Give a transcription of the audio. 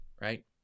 right